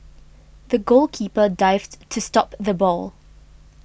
the goalkeeper dived to stop the ball